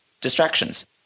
distractions